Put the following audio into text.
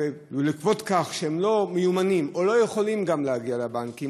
ובעקבות כך שהם לא מיומנים או לא יכולים גם להגיע לבנקים,